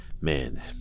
man